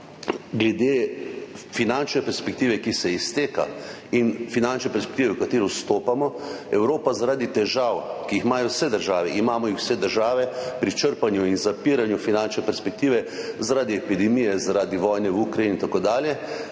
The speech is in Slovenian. glede finančne perspektive, ki se izteka, in finančne perspektive, v katero vstopamo, Evropa zaradi težav, ki jih imajo vse države – imamo jih vse države pri črpanju in zapiranju finančne perspektive zaradi epidemije, zaradi vojne v Ukrajini in tako dalje